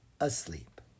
asleep